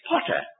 potter